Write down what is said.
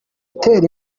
utera